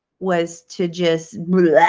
was to just